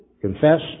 confess